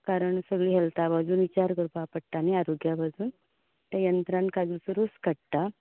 कारण सगळीं हेल्था बाजून विचार करपाक पडटा न्ही आरोग्या बद्दल ते यंत्रान काजुचो रोस काडटात